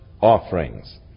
offerings